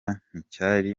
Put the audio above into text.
nticyari